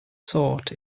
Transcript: sought